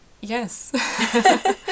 yes